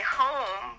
home